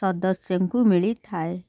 ସଦସ୍ୟଙ୍କୁ ମିଳିଥାଏ